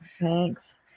Thanks